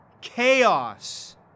chaos